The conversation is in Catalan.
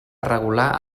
regular